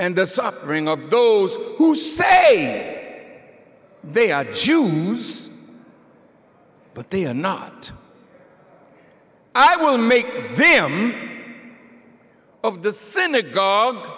and the suffering of those who say they are jews but they are not i will make them of the synagogue